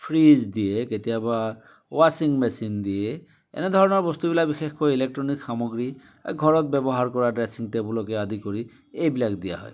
fridge দিয়ে কেতিয়াবা ৱাছিং মেচিন দিয়ে এনেধৰণৰ বস্তুবিলাক বিশেষকৈ ইলেক্ট্ৰনিক সামগ্ৰী ঘৰত ব্যৱহাৰ কৰা ড্ৰেছিং টেবুলকে আদি কৰি এইবিলাক দিয়া হয়